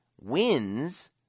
wins